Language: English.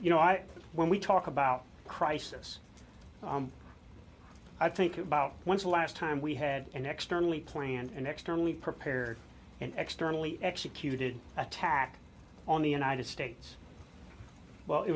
you know i when we talk about crisis i think about once the last time we had an extremely plan an extremely prepare and externally executed attack on the united states well it